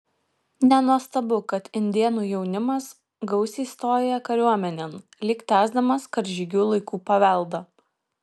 nenuostabu kad indėnų jaunimas gausiai stoja kariuomenėn lyg tęsdamas karžygių laikų paveldą